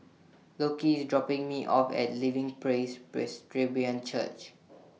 Lockie IS dropping Me off At Living Praise Presbyterian Church